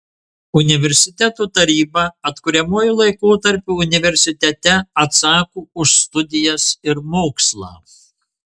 universiteto taryba atkuriamuoju laikotarpiu universitete atsako už studijas ir mokslą